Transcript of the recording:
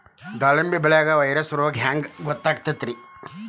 ದಾಳಿಂಬಿ ಬೆಳಿಯಾಗ ವೈರಸ್ ರೋಗ ಹ್ಯಾಂಗ ಗೊತ್ತಾಕ್ಕತ್ರೇ?